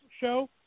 show